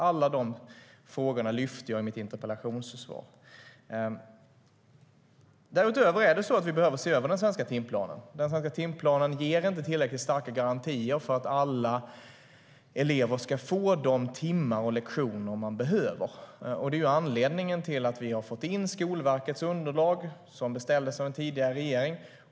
Alla de frågorna lyfte jag upp i mitt interpellationssvar. Därutöver behöver vi se över den svenska timplanen. Den ger inte tillräckligt starka garantier för att alla elever ska få de timmar och lektioner de behöver. Det är anledningen till att vi har fått in Skolverkets underlag, som beställdes av en tidigare regering.